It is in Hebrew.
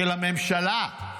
של הממשלה?